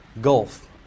GULF